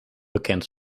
bekend